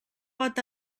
pot